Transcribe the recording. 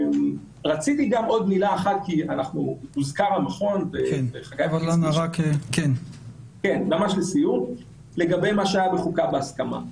רציתי להגיד רק מילה אחת לגבי מה שהיה בחוקה בהסכמה.